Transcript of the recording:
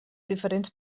diferents